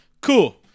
Cool